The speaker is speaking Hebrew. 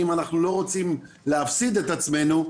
אם אנחנו לא רוצים להפסיד את עצמנו,